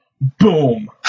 Boom